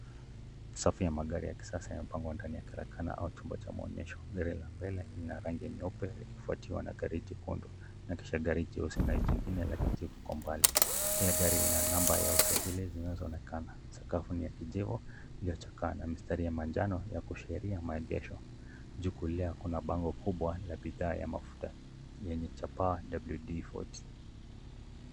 Safu ya magari ya kiasa yamepangwa ndani ya karakana au chumba cha maonyesho. Gari la mbele lina rangi ya nyeupe, likifuatiwa na gari jekundu na kisha gari jeusi na jingine la kijivu kwa umbali. Kila gari lina namba ya usajili zinazounekana. Sakafu ni ya kijivu iliyochakaa na mistari ya manjano ya kuashiria maegesho. Juu kulia kuna bango kubwa la bidhaa ya mafuta yenye chapaa WD40.